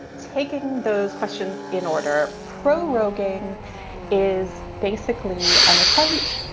taking those questions in order pro rogaine is basically an attempt.